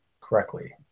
correctly